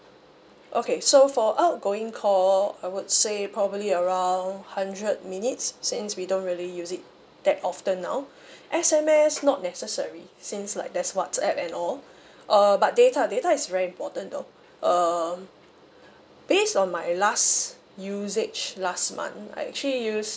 okay so for outgoing call I would say probably around hundred minutes since we don't really use it that often now S_M_S not necessary since like that's whatsapp and all err but data data is very important though uh based on my last usage last month I actually used